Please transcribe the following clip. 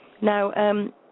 Now